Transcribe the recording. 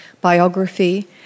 biography